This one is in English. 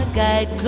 guide